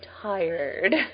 tired